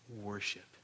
worship